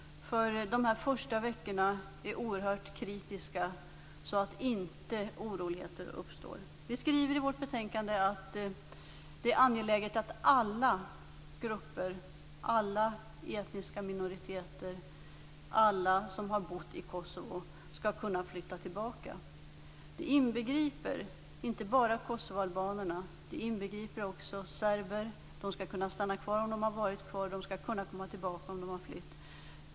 De första veckorna är oerhört kritiska för att undvika att oroligheter uppstår. Utskottet skriver i betänkandet att det är angeläget att alla grupper, alla etniska minoriteter, alla som har bott i Kosovo skall kunna flytta tillbaka. Det inbegriper inte bara kosovoalbanerna. Det inbegriper också serber. De skall kunna stanna kvar om de har varit kvar, och de skall kunna komma tillbaka om de har flytt.